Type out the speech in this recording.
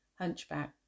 hunchback